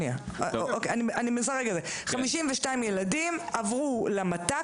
52 ילדים עברו למת"ק.